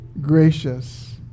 gracious